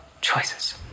choices